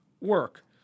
work